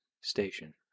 station